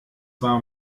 war